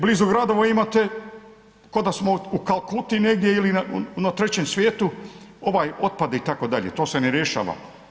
Blizu gradova imate ko da smo u Kalkuti negdje ili na trećem svijetu ovaj otpad itd., to se ne rješava.